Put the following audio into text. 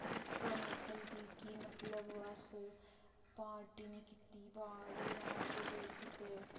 कमी खलदी कि मतलब अस पार्टी नी कीती बाह्र जां फिर कीते